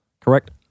Correct